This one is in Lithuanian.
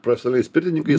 profesionaliais pirtininkais